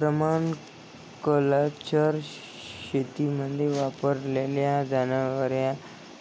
permaculture शेतीमध्ये वापरल्या जाणाऱ्या